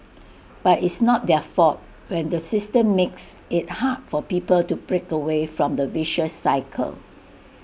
but it's not their fault when the system makes IT hard for people to break away from the vicious cycle